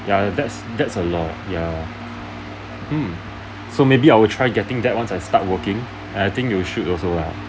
ya that's that's a lot ya hmm so maybe I will try getting that once I start working and I think you should also lah